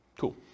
Cool